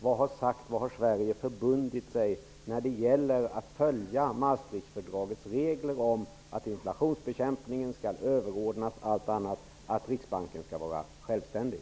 Vad har Sverige förbundit sig när det gäller att följa Maastrichtfördragets regler om att inflationsbekämpningen skall överordnas allt annat och att Riksbanken skall vara självständig?